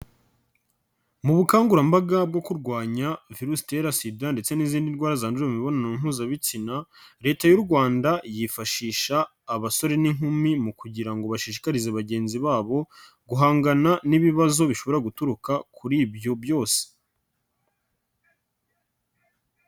Mu bukangurambaga bwo kurwanya virusi itera sida ndetse n'izindi ndwara zandurira mu mibonano mpuzabitsina, leta y'u Rwanda yifashisha abasore n'inkumi mu kugira ngo bashishikarize bagenzi babo, guhangana n'ibibazo bishobora guturuka kuri ibyo byose.